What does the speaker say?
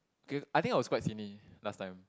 K I think I was quite skinny last time